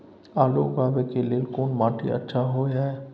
आलू उगाबै के लेल कोन माटी अच्छा होय है?